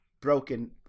Broken